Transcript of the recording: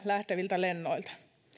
lähtevillä lennoilla